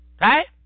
Right